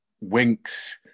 Winks